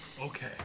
Okay